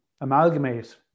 amalgamate